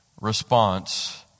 response